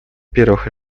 первых